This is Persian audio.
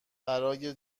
برای